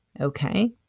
okay